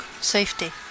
safety